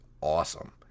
awesome